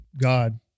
God